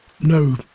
No